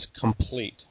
complete